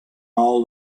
all